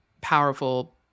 powerful